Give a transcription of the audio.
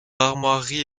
armoiries